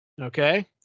okay